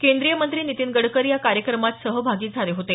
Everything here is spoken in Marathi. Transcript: केंद्रीय मंत्री नितीन गडकरी या कार्यक्रमात सहभागी झाले होते